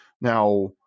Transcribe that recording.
Now